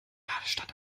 ladestand